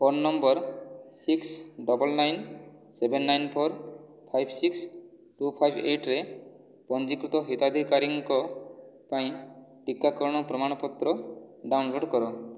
phone number six double nine seven nine four five six two five eight ରେ ପଞ୍ଜୀକୃତ ହିତାଧିକାରୀଙ୍କ ପାଇଁ ଟିକାକରଣ ପ୍ରମାଣପତ୍ର ଡାଉନଲୋଡ୍ କର